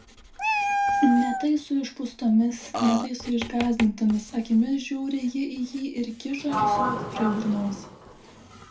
ne tai su išpūstomis ne tai su išgąsdintomis akimis žiūri ji į jį ir kiša ąsotį prie burnos